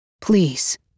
Please